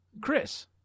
Chris